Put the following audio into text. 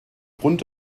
grund